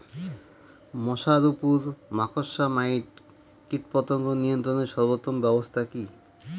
শশার উপর মাকড়সা মাইট কীটপতঙ্গ নিয়ন্ত্রণের সর্বোত্তম ব্যবস্থা কি?